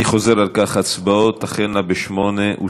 אני חוזר על כך: ההצבעות תחלנה ב-20:30,